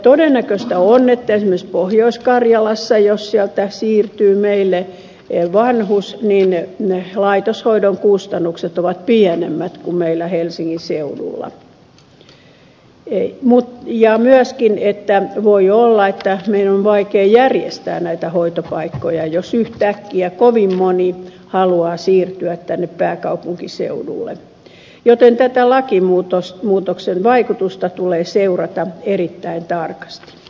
todennäköistä on että esimerkiksi pohjois karjalassa jos sieltä siirtyy meille vanhus laitoshoidon kustannukset ovat pienemmät kuin meillä helsingin seudulla ja myöskin voi olla että meidän on vaikea järjestää näitä hoitopaikkoja jos yhtäkkiä kovin moni haluaa siirtyä tänne pääkaupunkiseudulle joten tätä lakimuutoksen vaikutusta tulee seurata erittäin tarkasti